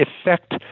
effect